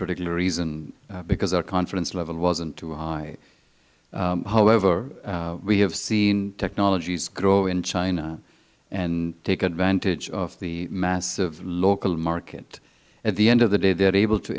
particular reason because our confidence level wasn't too high however we have seen technologies grow in china and take advantage of the massive local market at the end of the day they are able to